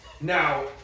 Now